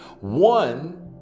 One